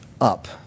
up